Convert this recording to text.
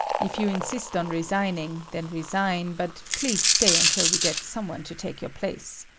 if you insist on resigning, then resign, but please stay until we get some one to take your place.